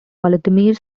vladimir